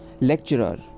Lecturer